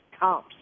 comps